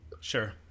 Sure